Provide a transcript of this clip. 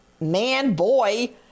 man-boy